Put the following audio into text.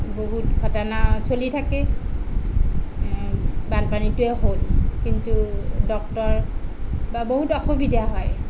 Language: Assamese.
বহুত ঘটনা চলি থাকে বানপানীটোৱে হ'ল কিন্তু ডক্তৰ বা বহুত অসুবিধা হয়